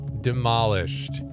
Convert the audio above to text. demolished